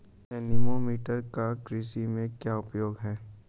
Anemometer का कृषि में क्या उपयोग है?